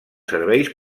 serveis